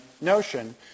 notion